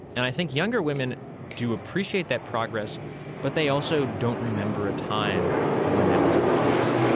and i think younger women do appreciate that progress but they also don't remember a time when that wasn't the case.